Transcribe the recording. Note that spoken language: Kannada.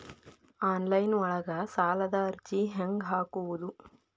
ಆನ್ಲೈನ್ ಒಳಗ ಸಾಲದ ಅರ್ಜಿ ಹೆಂಗ್ ಹಾಕುವುದು?